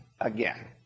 again